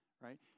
right